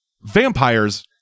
vampires